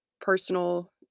personal